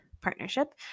partnership